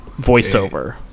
voiceover